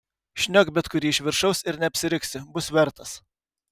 šniok bet kurį iš viršaus ir neapsiriksi bus vertas